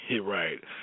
right